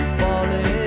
falling